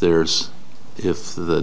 there's if the